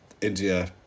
India